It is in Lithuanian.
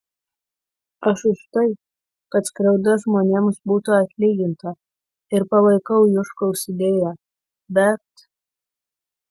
aš už tai kad skriauda žmonėms būtų atlyginta ir palaikau juškaus idėją bet